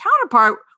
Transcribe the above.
counterpart